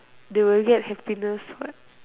they will get happiness what